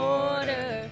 order